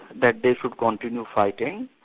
that they should continue fighting,